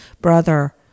brother